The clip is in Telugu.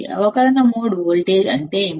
అవకలన మోడ్ వోల్టేజ్ అంటే ఏమిటి